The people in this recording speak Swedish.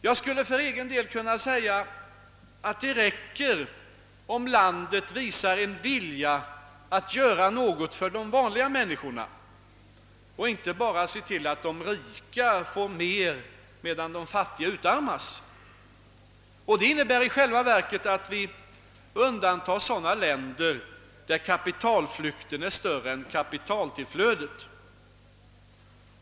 Jag skulle för egen del kunna säga att det räcker, om landet visar en vilja att göra något för de vanliga människorna och inte bara ser till att de rika får mer, medan de fattiga utarmas. Det innebär i själva verket att vi undantar sådana länder där kapitalflykten är större än kapitaltillflödet.